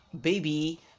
baby